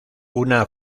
una